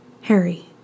Harry